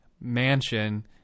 mansion